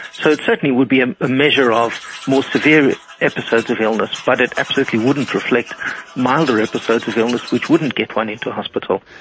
so it certainly would be a measure of more severe episodes of illness, but it absolutely wouldn't reflect milder episodes of illness which wouldn't get one into hospital.